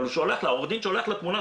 אבל עורך הדין שולח לה תמונה,